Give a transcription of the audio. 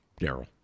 Daryl